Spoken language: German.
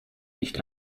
nicht